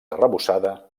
arrebossada